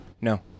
No